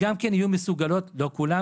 יהיו מסוגלות - לא כולן,